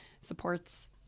supports